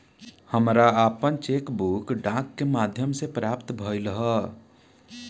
हमरा आपन cheque book डाक के माध्यम से प्राप्त भइल ह